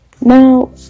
Now